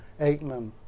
Aikman